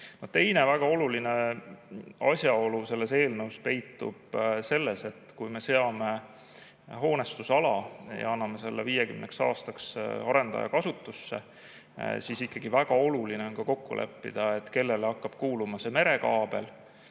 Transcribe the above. Teine väga oluline asjaolu selle eelnõu juures peitub selles, et kui me seame hoonestusala ja anname selle 50 aastaks arendaja kasutusse, siis on ikkagi väga oluline kokku leppida, kellele hakkavad kuuluma merekaabel